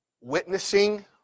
witnessing